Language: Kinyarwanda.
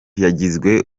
yagizwe